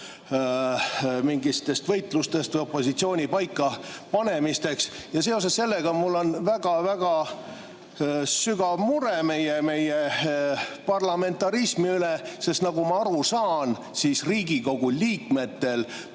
mingitest võitlustest või opositsiooni paikapanemisest. Seoses sellega on mul väga-väga sügav mure meie parlamentarismi pärast, sest nagu ma aru saan, siis Riigikogu liikmetel